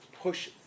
push